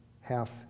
half